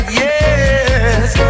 yes